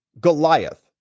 Goliath